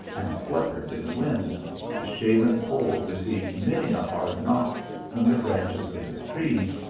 and fluttered in the wind his shaven poll received many a hard knock from the branches of the trees,